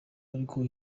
ariko